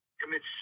commit